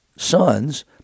sons